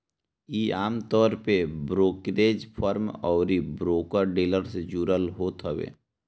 इ आमतौर पे ब्रोकरेज फर्म अउरी ब्रोकर डीलर से जुड़ल होत हवे